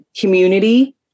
community